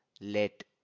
let